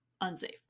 Unsafe